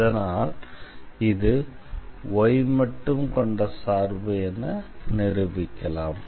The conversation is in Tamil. இதனால் இது y மட்டும் கொண்ட சார்பு என நிரூபிக்கலாம்